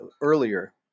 earlier